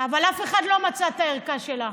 אבל אף אחד לא מצא את הערכה שלה,